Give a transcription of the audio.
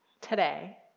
today